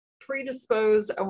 predisposed